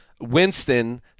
Winston